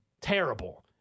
terrible